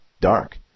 dark